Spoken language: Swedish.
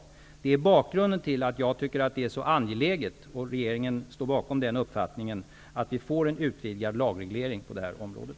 Detta är bakgrunden till att jag tycker att det är angeläget, och regeringen står bakom den uppfattningen, att vi får en utvidgad lagreglering på det här området.